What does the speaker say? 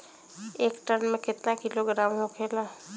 एक टन मे केतना किलोग्राम होखेला?